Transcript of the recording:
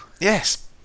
Yes